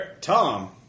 Tom